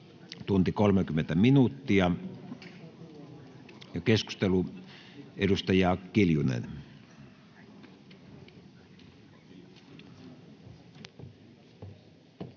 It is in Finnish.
tunti 30 minuuttia. — Keskusteluun, edustaja Kiljunen.